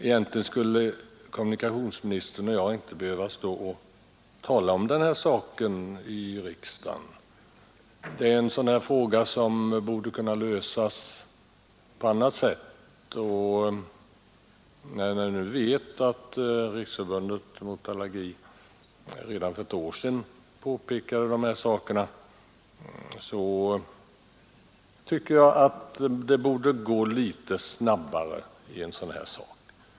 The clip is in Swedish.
Egentligen skulle kommunikationsministern och jag inte behöva tala om den här saken i riksdagen — en sådan fråga borde kunna lösas på annat sätt. Riksförbundet mot allergi påtalade emellertid dessa förhållanden redan för ett år sedan i skrivelse till SJ, och jag tycker att det borde gå litet snabbare att vidta erforderliga åtgärder.